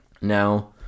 Now